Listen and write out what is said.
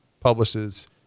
publishes